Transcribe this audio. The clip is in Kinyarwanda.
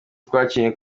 twakinnye